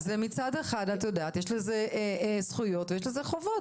מצד אחד, את יודעת - יש לזה זכויות ויש חובות.